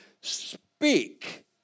speak